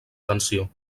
tensió